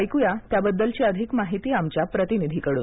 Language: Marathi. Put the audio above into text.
ऐकूया त्याबद्दलची अधिक माहिती आमच्या प्रतिनिधीकडून